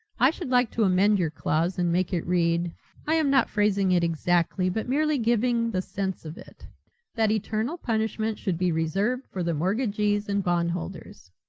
i should like to amend your clause and make it read i am not phrasing it exactly but merely giving the sense of it that eternal punishment should be reserved for the mortgagees and bondholders.